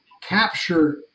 capture